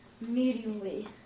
immediately